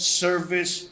service